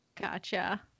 Gotcha